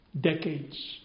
decades